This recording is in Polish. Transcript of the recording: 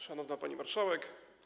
Szanowna Pani Marszałek!